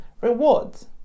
rewards